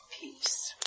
peace